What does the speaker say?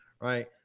Right